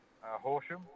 Horsham